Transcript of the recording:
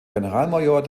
generalmajor